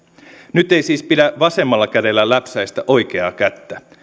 nyt ei siis pidä vasemmalla kädellä läpsäistä oikeaa kättä